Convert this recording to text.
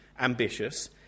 ambitious